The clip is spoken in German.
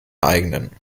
eigenen